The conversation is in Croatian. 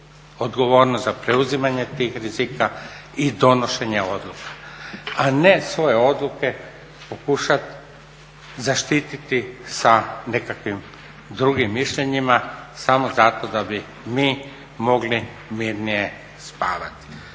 odgovornost za preuzimanje tih rizika i donošenje odluka a ne svoje odluke pokušati zaštiti sa nekakvim drugim mišljenjima samo zato da bi mi mogli mirnije spavati.